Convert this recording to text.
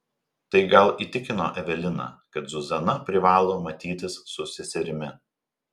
tai gal įtikino eveliną kad zuzana privalo matytis su seserimi